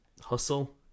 hustle